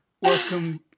welcome